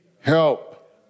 help